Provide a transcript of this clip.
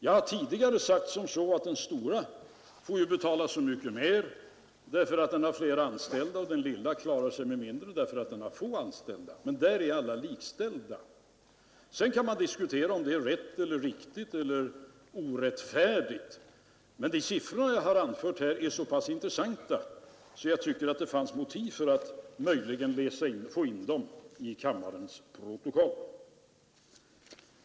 Jag har tidigare sagt att den stora företagaren får betala så mycket mer, därför att han har flera anställda, och den lilla företagaren klarar sig Sedan kan man diskutera om det är rättfärdigt eller orättfärdigt. De r emellertid så pass intressanta att jag tyckte att det siffror jag har anfört möjligen fanns motiv för att få in dem i kammarens protokoll.